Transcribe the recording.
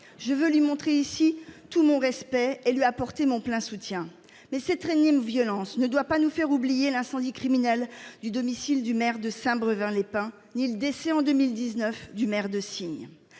Je veux lui dire ici tout mon respect et lui apporter mon plein soutien. Toutefois, cette énième violence ne doit pas nous faire oublier l'incendie criminel du domicile du maire de Saint-Brevin-les-Pins ni le décès du maire de Signes